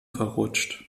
verrutscht